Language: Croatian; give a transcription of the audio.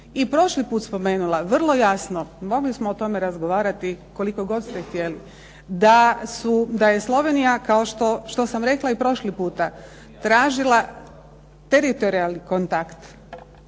i prošli put spomenula vrlo jasno. Mogli smo o tome razgovarali koliko god ste htjeli. Da je Slovenija kao što sam rekla i prošli puta tražila teritorijalni kontakt